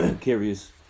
curious